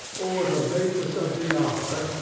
or the lateness of the hour,